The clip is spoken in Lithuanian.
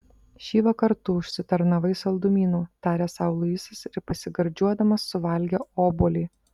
šįvakar tu užsitarnavai saldumynų tarė sau luisas ir pasigardžiuodamas suvalgė obuolį